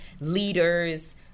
leaders